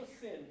sin